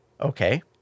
Okay